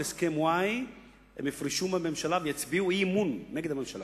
הסכם-וואי הם יפרשו מהממשלה ויצביעו אי-אמון בממשלה.